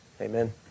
Amen